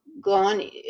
gone